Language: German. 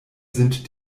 sind